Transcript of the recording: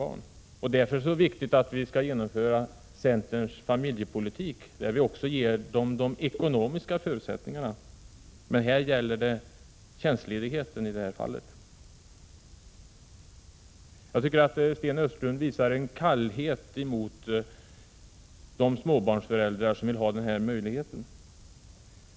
Därför är det så viktigt att vi genomför centerns familjepolitik, som också skulle ge ekonomiska förutsättningar. Här gäller det tjänstledighet. Jag tycker att Sten Östlund visar kyla mot de småbarnsföräldrar som vill ha de här möjligheterna.